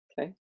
Okay